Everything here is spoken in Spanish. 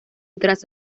trazo